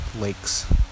lakes